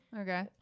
okay